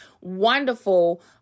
wonderful